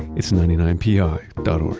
it's ninety nine pi dot